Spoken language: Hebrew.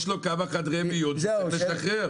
יש לו כמה חדרי מיון שהוא צריך לשחרר.